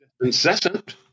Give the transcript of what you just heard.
incessant